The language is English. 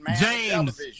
James